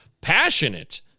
passionate